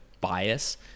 bias